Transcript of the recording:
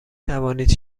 توانید